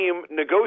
negotiate